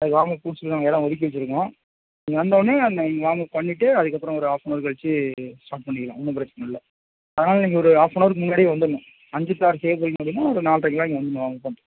அதற்கு வார்ம் அப்க்குன்னு சொல்லி நாங்கள் இடம் ஒதுக்கி வச்சுருக்கோம் நீங்கள் வந்தோன்னே அந்த வார்ம் அப் பண்ணிவிட்டு அதற்கப்பறம் ஒரு ஹாஃபனவர் கழிச்சு ஸ்டார்ட் பண்ணிக்கலாம் ஒன்றும் பிரச்சனை இல்லை ஆனால் நீங்கள் ஒரு ஹாஃபனவர்க்கு முன்னாடியே வந்துடணும் அஞ்சு டூ ஆறு செய்ய போகறீங்க அப்படினா ஒரு நால்ட்ரைக்குலாம் இங்கே வந்துடணும் வார்ம் அப் பண்ண